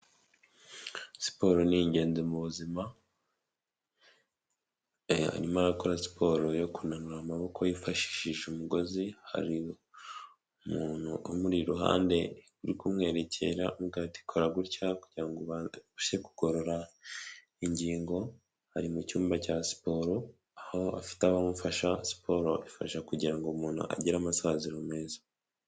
Siporo ni igenzi mu buzima hanyuma arakora siporo yo kunanura amaboko yifashishije umugozi, hari umuntu umuri iruhande uri kumwerekera amuwira ati : ''kora gutya kugirango ubashe kugorora ingingo,.'' Ari mucmba cya siporo aho afite abamufasha siporo ifasha kugira ngo umuntu agire amasahaziro meza.